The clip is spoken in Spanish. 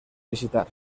visitar